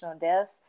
deaths